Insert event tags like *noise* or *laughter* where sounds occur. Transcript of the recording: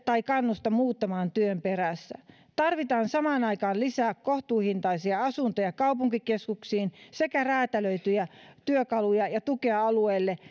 *unintelligible* tai kannusta muuttamaan työn perässä tarvitaan samaan aikaan lisää kohtuuhintaisia asuntoja kaupunkikeskuksiin sekä räätälöityjä työkaluja ja tukea alueille *unintelligible*